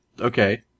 okay